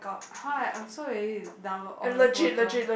!huh! I'm so lazy to download all the photo